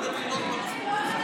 יבגני סובה,